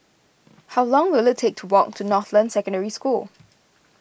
how long will it take to walk to Northland Secondary School